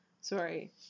sorry